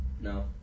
No